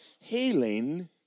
Healing